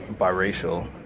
biracial